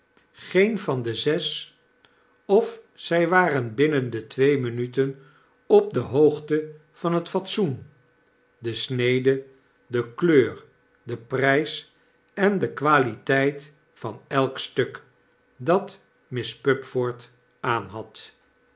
geen van de zes of zij waren binnen de twee minuten op de hoogte van het fatsoen de snede de kleur den prijs en de paliteit van elk stuk dat miss pupford aanhad